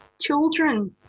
children